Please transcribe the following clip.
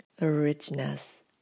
richness